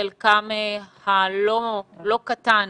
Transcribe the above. חלקם הלא קטן,